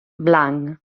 blanc